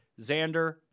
Xander